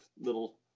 little